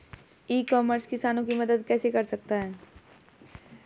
ई commerce किसानों की मदद कैसे कर सकता है?